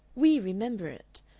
we remember it.